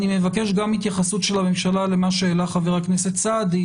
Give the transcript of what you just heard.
אני מבקש גם התייחסות של הממשלה למה שהעלה חבר הכנסת סעדי,